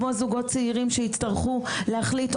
כמו זוגות צעירים שיצטרכו להחליט,